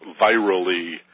virally